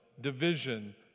division